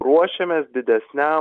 ruošiamės didesniam